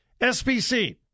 SBC